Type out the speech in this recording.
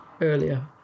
earlier